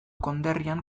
konderrian